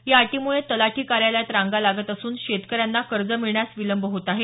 या अटीमुळे तलाठी कार्यालयात रांगा लागत असून शेतकऱ्यांना कर्ज मिळण्यास विलंब होत आहे